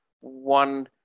one